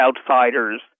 outsiders